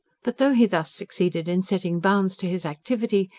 but though he thus succeeded in setting bounds to his activity,